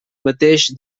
mateix